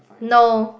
no